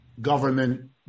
government